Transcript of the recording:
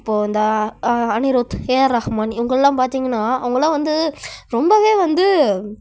இப்போது இந்த அனிரூத் ஏஆர் ரஹமான் இவங்களெலாம் பார்த்திங்கன்னா அவங்கெலாம் வந்து ரொம்பவே வந்து